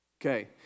Okay